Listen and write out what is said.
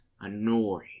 annoyed